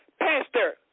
Pastor